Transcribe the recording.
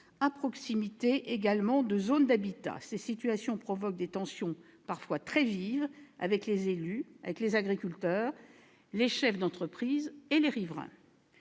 à proximité de zones d'habitat. Ces situations provoquent des tensions parfois très vives avec les élus, les agriculteurs, les chefs d'entreprise et les riverains.